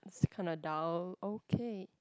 is kind of dull okay